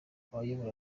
abayobora